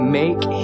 make